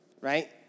right